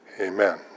Amen